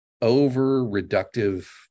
over-reductive